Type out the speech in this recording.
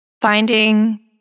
finding